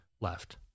left